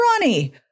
Ronnie